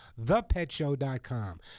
thepetshow.com